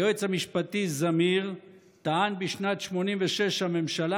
היועץ המשפטי זמיר טען בשנת 1986 שהממשלה